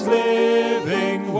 living